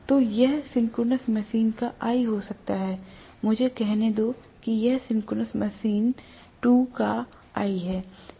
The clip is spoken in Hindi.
तो यह सिंक्रोनस मशीन का I हो सकता है मुझे कहने दो कि यह सिंक्रोनस मशीन दो का I है